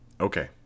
Okay